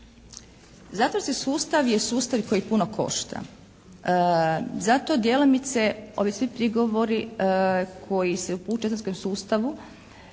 Zatvorski sustav je sustav koji puno košta. Zato djelomice ovi svi prigovori koji se upućuju zatvorskom sustavu,